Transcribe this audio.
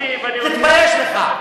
תתבייש לך.